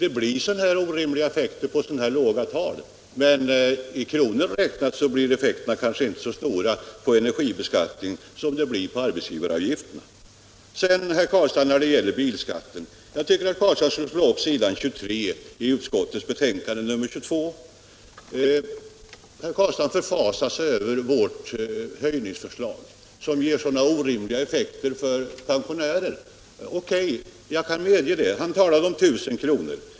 Det blir sådana här orimliga procenteffekter på så låga tal, men i kronor räknat blir effekten inte så stor på energibeskattningen som på arbetsgivaravgiften. När det sedan gäller bilskatten tycker jag att herr Carlstein borde slå upp s. 23 i skatteutskottets betänkande nr 22. Herr Carlstein förfasar sig över vårt höjningsförslag som ger så orimliga effekter för pensionärer — herr Carlstein talade om 1000 kr.